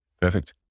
perfect